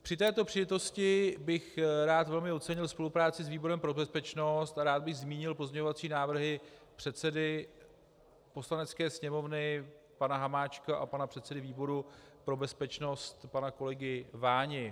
Při této příležitosti bych rád velmi ocenil spolupráci s výborem pro bezpečnost a rád bych zmínil pozměňovací návrhy předsedy Poslanecké sněmovny pana Hamáčka a pana předsedy výboru pro bezpečnost, pana kolegy Váni.